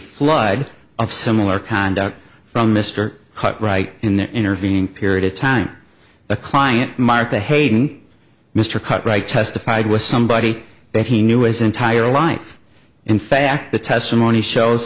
flood of similar conduct from mr cut right in the intervening period of time a client martha hating mr cartwright testified was somebody that he knew his entire life in fact the testimony shows